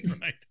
right